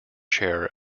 chair